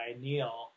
Neil